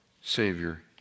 Savior